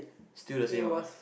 still the same ah